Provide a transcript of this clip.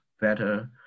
better